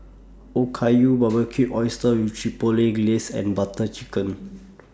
Okayu Barbecued Oysters with Chipotle Glaze and Butter Chicken